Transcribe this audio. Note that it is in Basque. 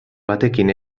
batekin